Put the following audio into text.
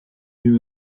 ihn